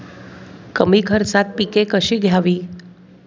कमी खर्चात पिके कशी घ्यावी?